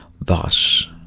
Thus